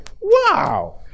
Wow